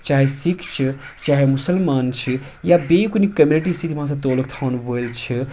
چاہے سِکھ چھِ چاہے مُسلمان چھِ یا بیٚیہِ کُنہِ کٔمنِٹی سۭتۍ یِم ہَسا تعلُق تھَوَن وٲلۍ چھِ